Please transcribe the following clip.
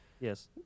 Yes